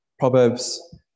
Proverbs